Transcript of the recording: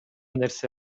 нерсе